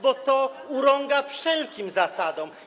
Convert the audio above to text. bo to urąga wszelkim zasadom.